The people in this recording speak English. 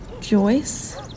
Joyce